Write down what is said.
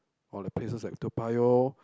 or the places at Toa-Payoh